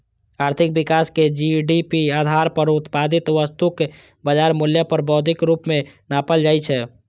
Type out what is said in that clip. आर्थिक विकास कें जी.डी.पी आधार पर उत्पादित वस्तुक बाजार मूल्य मे वृद्धिक रूप मे नापल जाइ छै